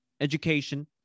education